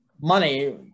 money